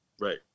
right